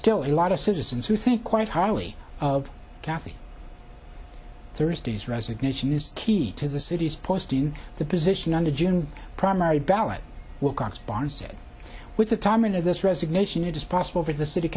still a lot of citizens who think quite highly of kathy thursday's resignation is key to the city's posting the position on the june primary ballot willcox bond said with the timing of this resignation it is possible for the city